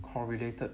correlated